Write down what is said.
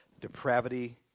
depravity